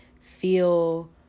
feel